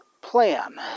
plan